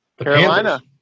Carolina